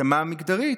התאמה מגדרית,